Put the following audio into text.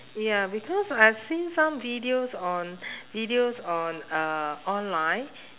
ya because I have seen some videos on videos on uh online